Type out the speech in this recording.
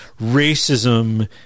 racism